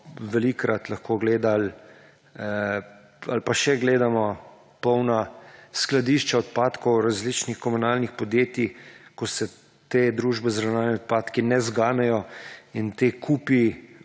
Velikokrat smo lahko gledali – ali pa še gledamo ‒ polna skladišča odpadkov različnih komunalnih podjetij, ko se te družbe za ravnanje z odpadki ne zganejo. Ti kupi